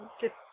get